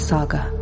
Saga